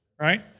right